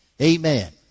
Amen